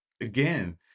again